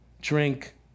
drink